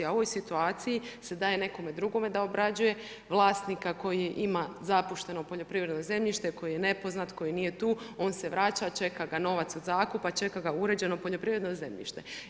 A u ovoj situaciji se daje nekome drugome da obrađuje, vlasnika koji ima zapušteno poljoprivredno zemljište, koji je nepoznat, koji nije tu on se vraća, čeka ga novac od zakupa, čeka ga uređeno poljoprivredno zemljište.